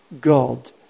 God